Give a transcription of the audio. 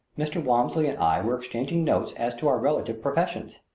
mr. walmsley and i were exchanging notes as to our relative professions.